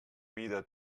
vida